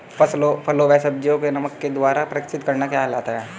फलों व सब्जियों को नमक के द्वारा परीक्षित करना क्या कहलाता है?